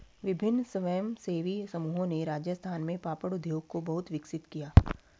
विभिन्न स्वयंसेवी समूहों ने राजस्थान में पापड़ उद्योग को बहुत विकसित किया